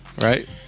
Right